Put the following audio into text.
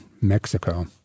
Mexico